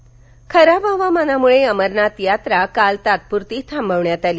अमरनाथ यात्रा खराब हवामानामुळे अमरनाथयात्रा काल तात्पुरती थांबवण्यात आली